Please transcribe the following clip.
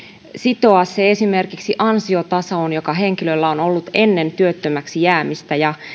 sitoa se esimerkiksi ansiotasoon joka henkilöllä on ollut ennen työttömäksi jäämistä